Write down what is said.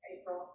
April